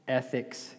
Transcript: ethics